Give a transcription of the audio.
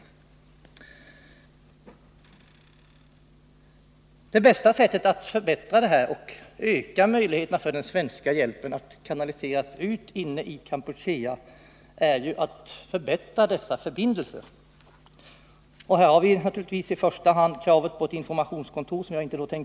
Det bästa sättet att förbättra förhållandena och öka möjligheterna för den svenska hjälpen att kanaliseras in till Kampuchea är givetvis att förbättra förbindelserna med regeringen Heng Samrin. I det sammanhanget kommer kravet på ett informationskontor i Stockholm in i bilden.